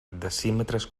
decímetres